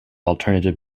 alternative